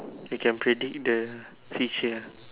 you can predict the future ah